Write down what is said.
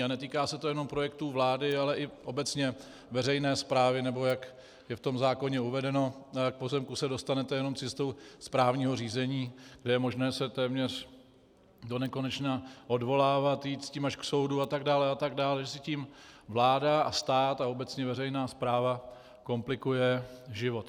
A netýká se to jenom projektů vlády, ale i obecně veřejné správy, nebo jak je v tom zákoně uvedeno, k pozemku se dostanete jenom cestou správního řízení, kde je možné se téměř donekonečna odvolávat, jít s tím až k soudu atd. atd., že si tím vláda a stát a obecně veřejná správa komplikuje život.